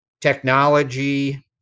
technology